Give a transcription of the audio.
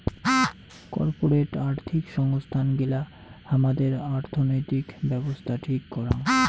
corporate আর্থিক সংস্থান গিলা হামাদের অর্থনৈতিক ব্যাবছস্থা ঠিক করাং